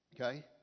Okay